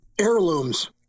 Heirlooms